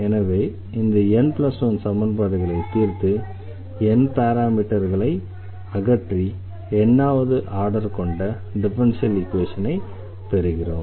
எனவே இந்த n 1 சமன்பாடுகளை தீர்த்து n பாராமீட்டர்கள்களை அகற்றி n வது ஆர்டர் கொண்ட டிஃபரன்ஷியல் ஈக்வேஷனை பெறுகிறோம்